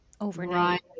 overnight